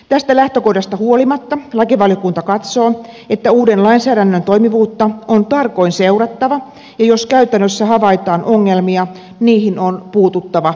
tästä lähtökohdasta huolimatta lakivaliokunta katsoo että uuden lainsäädännön toimivuutta on tarkoin seurattava ja jos käytännössä havaitaan ongelmia niihin on puututtava pikaisesti